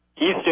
East